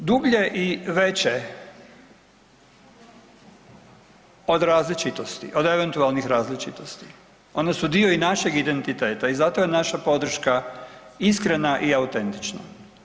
One su dublje i veće od različitosti, od eventualnih različitosti, one su dio i našeg identiteta i zato je naša podrška iskrena i autentična.